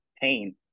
pain